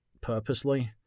purposely